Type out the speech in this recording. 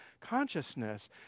consciousness